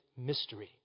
mystery